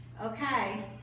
okay